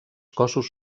cossos